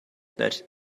that